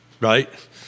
right